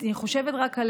אני חושבת רק על,